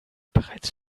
bereits